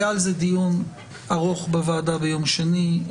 היה על זה דיון ארוך בוועדה ביום שני.